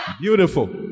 Beautiful